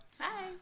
hi